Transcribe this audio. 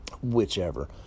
Whichever